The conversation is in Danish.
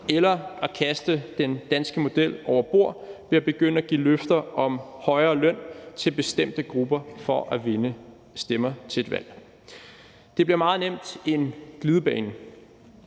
eller at kaste den danske model over bord ved at begynde at give løfter om højere løn til bestemte grupper for at vinde stemmer til et valg. Det bliver meget nemt en glidebane.